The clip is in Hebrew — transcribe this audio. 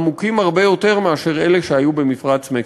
עמוקים הרבה יותר מאלה שהיו במפרץ מקסיקו.